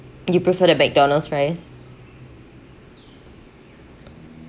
you prefer the mcdonald's fries